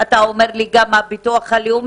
ואתה אומר לי שזה גם הביטוח הלאומי.